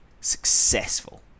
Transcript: successful